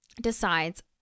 decides